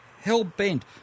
hell-bent